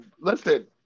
listen